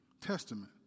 Testament